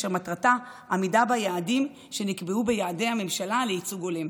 אשר מטרתה עמידה ביעדי הממשלה שנקבעו לייצוג הולם.